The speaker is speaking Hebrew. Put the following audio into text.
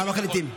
מה מחליטים?